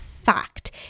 fact